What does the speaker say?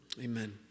amen